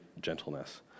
gentleness